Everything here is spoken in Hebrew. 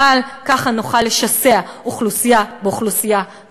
אבל ככה נוכל לשסות אוכלוסייה באוכלוסייה,